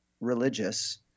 religious